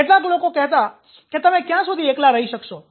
કેટલાક લોકો કહેતા કે તમે ક્યાં સુધી એકલા રહી શકશો